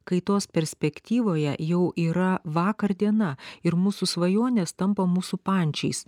kaitos perspektyvoje jau yra vakar diena ir mūsų svajonės tampa mūsų pančiais